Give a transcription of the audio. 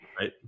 Right